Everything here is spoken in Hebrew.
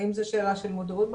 האם זו שאלה של מודעות בחברה,